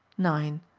nine.